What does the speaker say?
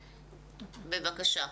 בבקשה.